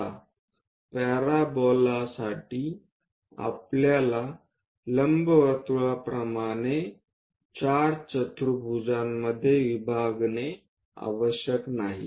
आता पॅराबोला साठी आपल्याला लंबवर्तुळाप्रमाणे 4 चतुर्भुजा मध्ये विभागणे आवश्यक नाही